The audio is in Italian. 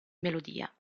melodia